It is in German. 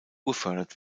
gefördert